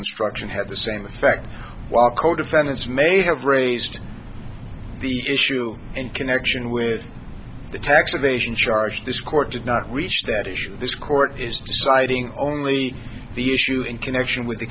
instruction had the same effect while co defendants may have raised the issue in connection with the tax evasion charge this court has not reached that issue this court is deciding only the issue in connection with the